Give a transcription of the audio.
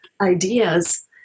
ideas